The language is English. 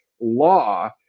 law